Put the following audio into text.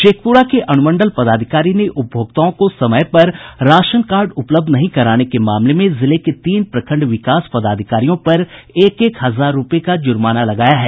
शेखप्रा के अनुमंडल पदाधिकारी ने उपभोक्ताओं को समय पर राशन कार्ड उपलब्ध नहीं कराने के मामले में जिले के तीन प्रखंड विकास पदाधिकारियों पर एक एक हजार रुपये का जुर्माना लगाया है